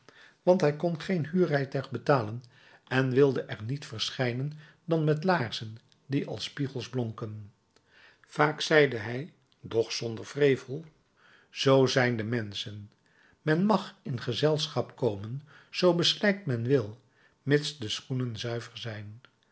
want hij kon geen huurrijtuig betalen en wilde er niet verschijnen dan met laarzen die als spiegels blonken vaak zeide hij doch zonder wrevel zoo zijn de menschen men mag in gezelschap komen zoo beslijkt men wil mits de schoenen zuiver zijn